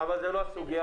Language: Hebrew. אבל זו לא השאלה.